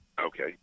okay